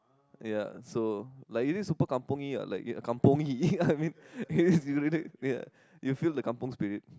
ya so like is it super kampungy [what] like kampungy I mean it's really ya you feel the kampung Spirit